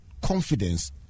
confidence